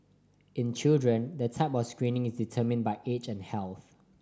in children the type of screening is determined by age and health